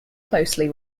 closely